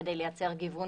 כדי לייצר גיוון